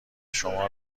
شما